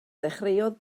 ddechreuodd